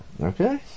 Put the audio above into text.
Okay